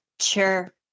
Sure